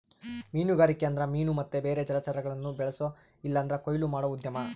ಮೀನುಗಾರಿಕೆ ಅಂದ್ರ ಮೀನು ಮತ್ತೆ ಬೇರೆ ಜಲಚರಗುಳ್ನ ಬೆಳ್ಸೋ ಇಲ್ಲಂದ್ರ ಕೊಯ್ಲು ಮಾಡೋ ಉದ್ಯಮ